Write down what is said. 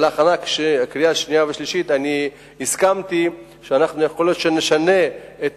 בהכנה לקריאה שנייה ושלישית הסכמתי שיכול להיות שנשנה את